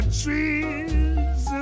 trees